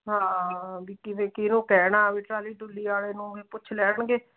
ਹਾਂ ਬਈ ਕਿਵੇਂ ਕਿਹਨੂੰ ਕਹਿਣਾ ਵੀ ਟਰਾਲੀ ਟਰੁਲੀ ਵਾਲੇ ਨੂੰ ਵੀ ਪੁੱਛ ਲੈਣਗੇ